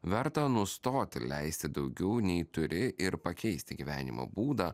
verta nustoti leisti daugiau nei turi ir pakeisti gyvenimo būdą